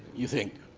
you think?